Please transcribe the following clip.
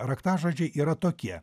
raktažodžiai yra tokie